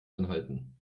anhalten